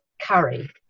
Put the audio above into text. curry